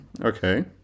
Okay